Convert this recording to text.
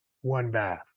one-bath